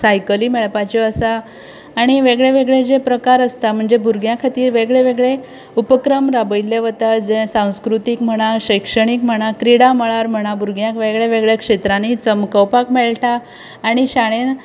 सायकली मेळपाच्यो आसा आनी वेगळ्या वेगळ्या जे प्रकार आसता म्हणजे भुरग्यां खातीर वेगळे वेगळे उपक्रम राबयल्ले वता जे सांस्कृतीक म्हणा शैक्षणीक म्हणा क्रिडा मळार म्हणा भुरग्यांक वेगळे वेगळे क्षेत्रांनी चमकोवपाक मेळटा आनी शाळेन